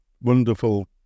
wonderful